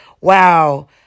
wow